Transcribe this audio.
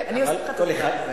אני אוסיף לך, אל תדאג.